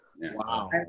Wow